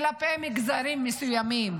כלפי מגזרים מסוימים